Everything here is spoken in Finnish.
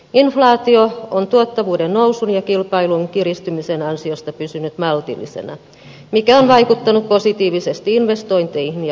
inflaatio on tuottavuuden nousun ja kilpailun kiristymisen ansiosta pysynyt maltillisena mikä on vaikuttanut positiivisesti investointeihin ja kulutukseen